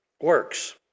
works